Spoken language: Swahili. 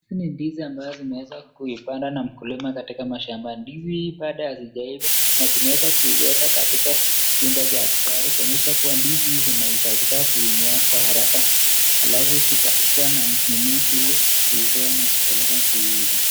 Hii ni ndizi ambazo zimeweza kuipanda na mkulima katika mashambani, ndizi hii bado hazijaiva na zimeweza kuwekwa katika jumba cha kifahari kuonyesha kuwa ndizi hizi zinahitajika kuimea Kwa haraka, halafu zikaekwa na mimea ili kuitoa na kuipeleka kuiuza.